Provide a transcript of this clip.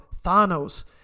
Thanos